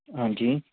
ਹਾਂਜੀ